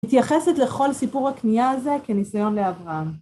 מתייחסת לכל סיפור הכניעה הזה כניסיון לאברהם.